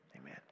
Amen